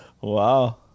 Wow